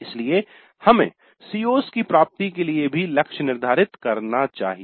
इसलिए हमें CO's की प्राप्ति के लिए लक्ष्य निर्धारित करने चाहिए